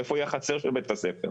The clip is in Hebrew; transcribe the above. איפה תהיה החצר של בית הספר?